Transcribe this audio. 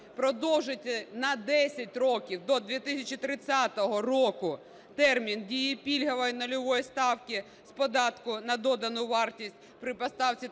продовжити на 10 років, до 2030 року, термін дії пільгової нульової ставки з податку на додану вартість при поставці товарів